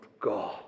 God